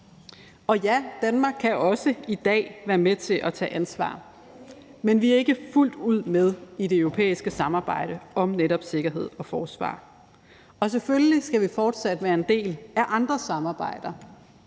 Og ja, Danmark kan også i dag være med til at tage ansvar, men vi er ikke fuldt ud med i det europæiske samarbejde om netop sikkerhed og forsvar. Og selvfølgelig skal vi fortsat være en del af andre samarbejder,